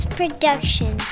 production